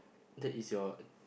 that is your